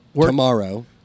tomorrow